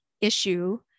issue